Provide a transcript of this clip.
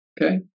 okay